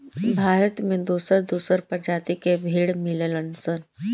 भारत में दोसर दोसर प्रजाति के भेड़ मिलेलन सन